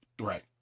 Right